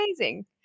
amazing